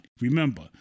Remember